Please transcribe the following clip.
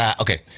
okay